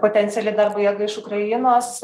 potenciali darbo jėga iš ukrainos